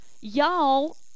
y'all